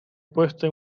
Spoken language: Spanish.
puesto